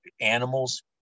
animals